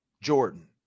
Jordan